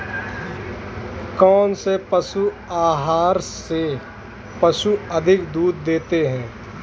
कौनसे पशु आहार से पशु अधिक दूध देते हैं?